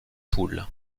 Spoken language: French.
poules